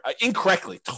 incorrectly